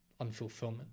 unfulfillment